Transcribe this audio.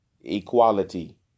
Equality